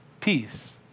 peace